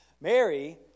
Mary